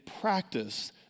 practice